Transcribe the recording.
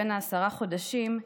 בן עשרה חודשים,